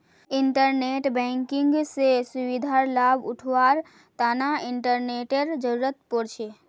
internet banking स सुविधार लाभ उठावार तना इंटरनेटेर जरुरत पोर छे